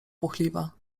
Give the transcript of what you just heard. płochliwa